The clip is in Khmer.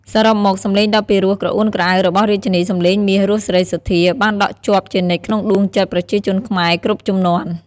សរុបមក សំឡេងដ៏ពីរោះក្រអួនក្រអៅរបស់រាជិនីសំឡេងមាស រស់ សេរីសុទ្ធា បានដក់ជាប់ជានិច្ចក្នុងដួងចិត្តប្រជាជនខ្មែរគ្រប់ជំនាន់។